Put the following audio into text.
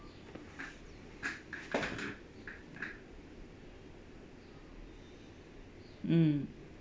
mm